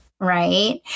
right